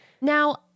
Now